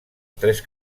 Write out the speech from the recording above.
tres